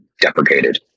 deprecated